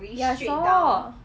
ya